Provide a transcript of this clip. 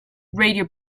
radio